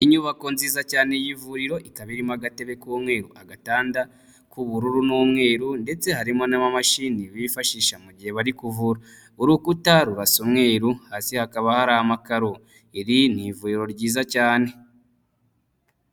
Inyubako nziza cyane y'ivuriro, ikaba irimo agatebe k'umweru, agatanda k'ubururu n'umweru ndetse harimo n'amamashini bifashisha mu gihe bari kuvura, urukuta rurasa umweruru hasi hakaba hari amakaro, iri ni ivuriro ryiza cyane.